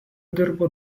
dirbo